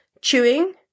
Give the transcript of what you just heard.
chewing